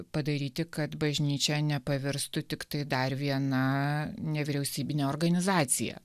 padaryti kad bažnyčia nepaverstų tiktai dar viena nevyriausybine organizacija